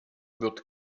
wird